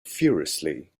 furiously